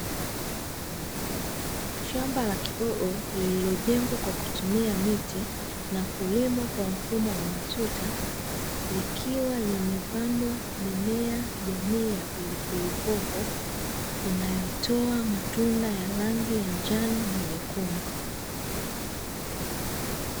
Shamba la kioo lililojengwa kwa kutumia miti na kulimwa kwa mfumo wa matuta, likiwa limepandwa mimea jamii ya pilipili hoho inayotoa matunda ya rangi ya njano na nyekundu.